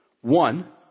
One